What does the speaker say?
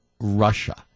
russia